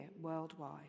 worldwide